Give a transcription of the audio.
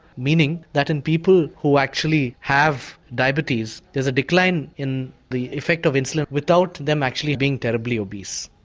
meaning that in people who actually have diabetes there's a decline in the effect of insulin without them actually being terribly obese.